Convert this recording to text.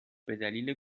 بدلیل